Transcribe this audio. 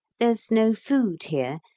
there's no food here,